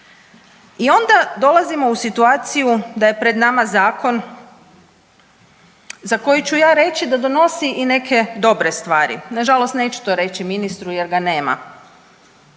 I onda dolazimo u situaciju da je pred nama Zakon za koji ću ja reći da donosi i neke dobre stvari, nažalost neću to reći ministru, jer ga nema.